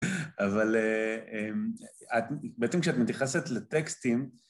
אבל בעצם כשאת מתייחסת לטקסטים